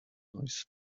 noise